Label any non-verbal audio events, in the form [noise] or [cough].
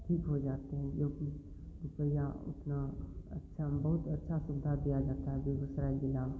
ठीक हो जाते हैं जोकि [unintelligible] उतना अच्छा अनुभव अच्छा [unintelligible] आ जाता है बेगूसराय ज़िला में